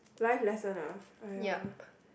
life lesson ah !aiya!